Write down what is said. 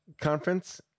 conference